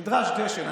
נדרש דשן.